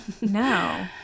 No